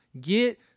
Get